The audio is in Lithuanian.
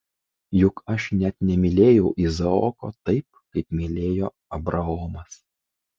juk aš net nemylėjau izaoko taip kaip mylėjo abraomas